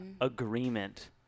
agreement